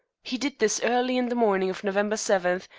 he did this early in the morning of november seven,